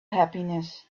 happiness